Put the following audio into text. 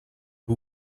who